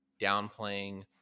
downplaying